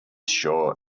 shore